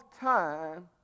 time